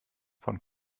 von